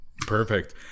Perfect